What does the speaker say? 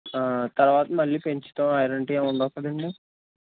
ఆ తర్వాత మళ్లీ పెంచదం అలాంటివి ఏమి ఉండవు కదండి